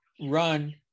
run